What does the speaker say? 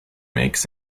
makes